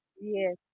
Yes